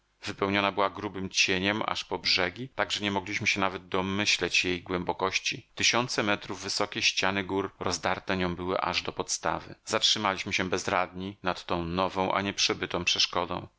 wypełniona była grubym cieniem aż po brzegi tak że nie mogliśmy się nawet domyśleć jej głębokości tysiące metrów wysokie ściany gór rozdarte nią były aż do podstawy zatrzymaliśmy się bezradni nad tą nową a nieprzebytą przeszkodą